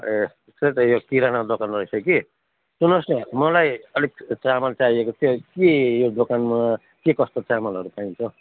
ए त्यही त यो किराना दोकान रहेछ कि सुन्नुहोस् न मलाई अलिक चामल चाहिएको थियो कि यो दोकानमा के कस्तो चामलहरू पाइन्छ हौ